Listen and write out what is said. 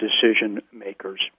decision-makers